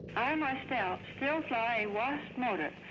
i myself, still fly a was motor,